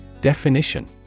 Definition